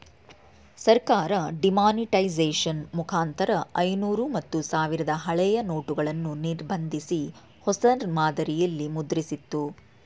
ಸರ್ಕಾರ ಡಿಮಾನಿಟೈಸೇಷನ್ ಮುಖಾಂತರ ಐನೂರು ಮತ್ತು ಸಾವಿರದ ಹಳೆಯ ನೋಟುಗಳನ್ನು ನಿರ್ಬಂಧಿಸಿ, ಹೊಸ ಮಾದರಿಯಲ್ಲಿ ಮುದ್ರಿಸಿತ್ತು